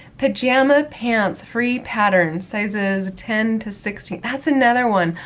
pajama pants, free pattern, sizes ten to sixteen, that's another one.